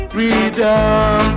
Freedom